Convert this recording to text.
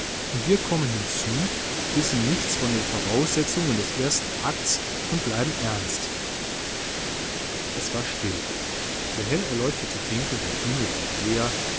und wir kommen hinzu wissen nichts von den voraussetzungen des ersten akts und bleiben ernst es war still der hell erleuchtete winkel der bühne blieb leer